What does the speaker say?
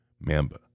Mamba